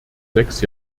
sechs